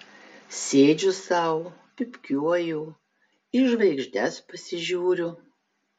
sėdžiu sau pypkiuoju į žvaigždes pasižiūriu